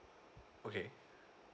okay